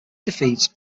defeats